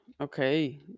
okay